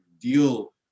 deal